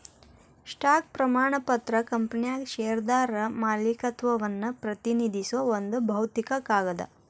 stock ಪ್ರಮಾಣ ಪತ್ರ ಕಂಪನ್ಯಾಗ ಷೇರ್ದಾರ ಮಾಲೇಕತ್ವವನ್ನ ಪ್ರತಿನಿಧಿಸೋ ಒಂದ್ ಭೌತಿಕ ಕಾಗದ